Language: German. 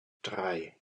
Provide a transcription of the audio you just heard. drei